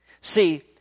See